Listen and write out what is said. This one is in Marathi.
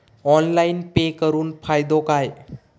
ऑनलाइन पे करुन फायदो काय?